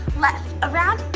left, around,